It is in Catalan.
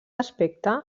aspecte